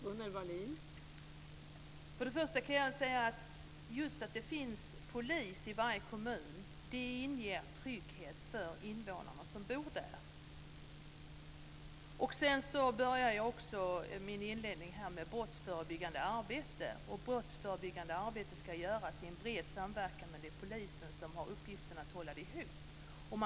Fru talman! Först och främst kan jag säga att just att det finns polis i varje kommun inger invånarna där trygghet. Jag talar också i min inledning om brottsförebyggande arbete. Brottsförebyggande arbete ska göras i bred samverkan, men det är polisen som har uppgiften att hålla ihop det.